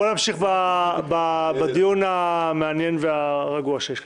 חברים, בואו נמשיך בדיון המעניין והרגוע.